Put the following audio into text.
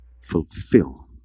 Fulfill